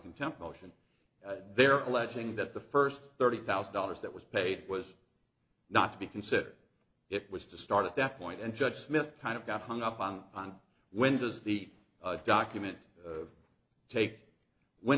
contempt motion they're alleging that the first thirty thousand dollars that was paid was not to be considered it was to start at that point and judge smith kind of got hung up on on when does the document take when